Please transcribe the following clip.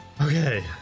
Okay